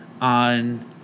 on